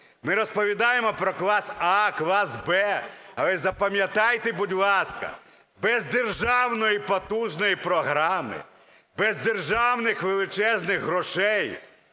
ми розповідаємо про клас А, клас Б, але запам'ятайте, будь ласка: без державної потужної програми, без державних величезних грошей,